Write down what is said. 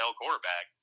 quarterback